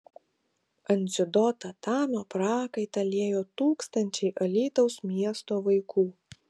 ant dziudo tatamio prakaitą liejo tūkstančiai alytaus miesto vaikų